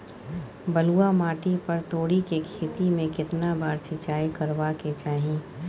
बलुआ माटी पर तोरी के खेती में केतना बार सिंचाई करबा के चाही?